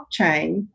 blockchain